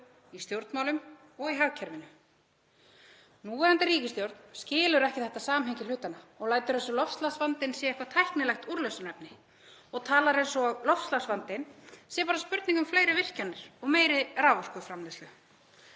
í stjórnmálum og í hagkerfinu. Núverandi ríkisstjórn skilur ekki þetta samhengi hlutanna og lætur eins og loftslagsvandinn sé eitthvert tæknilegt úrlausnarefni og talar eins og loftslagsvandinn sé bara spurning um fleiri virkjanir og meiri raforkuframleiðslu.